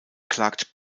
klagt